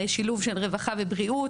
שילוב של רווחה ובריאות,